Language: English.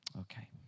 Okay